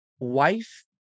wife